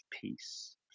peace